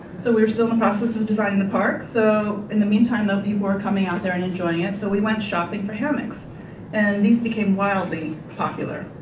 so we were still in the process of designing the park so in the meantime there will be people coming out there and enjoying it so we went shopping for hammocks and these became wildly popular.